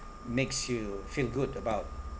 makes you feel good about